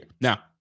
Now